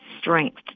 strength